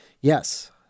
Yes